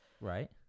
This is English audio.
Right